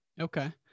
Okay